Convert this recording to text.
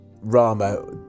Rama